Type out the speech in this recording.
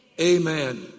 Amen